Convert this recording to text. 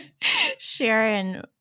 Sharon